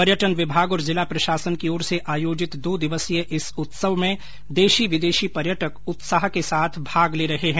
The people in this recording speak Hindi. पर्यटन विभाग और जिला प्रशासन की ओर से आयोजित दो दिवसीय इस उत्सव में देशी विदेशी पर्यटक उत्साह के साथ भाग ले रहे हैं